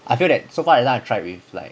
I feel that so far everytime I tried with like